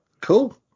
cool